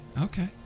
Okay